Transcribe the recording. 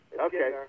Okay